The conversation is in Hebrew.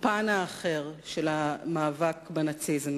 הפן האחר של המאבק בנאציזם.